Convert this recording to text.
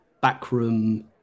backroom